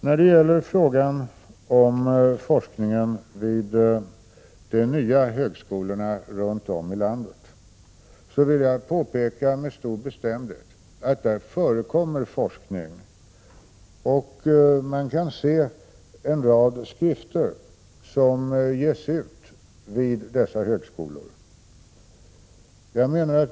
När det gäller frågan om forskningen vid de nya högskolorna runt om i landet, vill jag med bestämdhet påpeka att där förekommer forskning. En rad skrifter ges ut vid dessa högskolor.